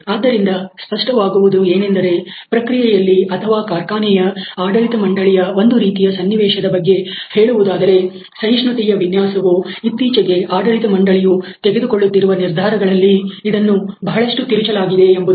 ಆದ್ದರಿಂದ ಸ್ಪಷ್ಟವಾಗುವುದೇನೆಂದರೆ ಪ್ರಕ್ರಿಯೆಯಲ್ಲಿ ಅಥವಾ ಕಾರ್ಖಾನೆಯ ಆಡಳಿತ ಮಂಡಳಿಯ ಒಂದು ರೀತಿಯ ಸನ್ನಿವೇಶದ ಬಗ್ಗೆ ಹೇಳುವುದಾದರೆ ಸಹಿಷ್ಣುತೆಯ ವಿನ್ಯಾಸವು ಇತ್ತೀಚೆಗೆ ಆಡಳಿತ ಮಂಡಳಿಯು ತೆಗೆದುಕೊಳ್ಳುತ್ತಿರುವ ನಿರ್ಧಾರಗಳಲ್ಲಿ ಇದನ್ನು ಬಹಳಷ್ಟು ತಿರುಚಲಾಗಿದೆ ಎಂಬುದು